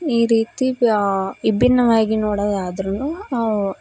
ಈ ರೀತಿ ವಿಭಿನ್ನವಾಗಿ ನೋಡೊದಾದ್ರೂನೂ ನಾವು